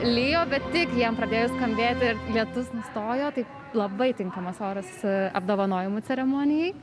lijo bet tik jiem pradėjus kalbėti lietus nustojo taip labai tinkamas oras apdovanojimų ceremonijai